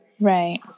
Right